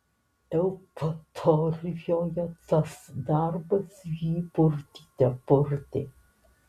eupatorijoje tas darbas jį purtyte purtė